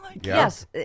Yes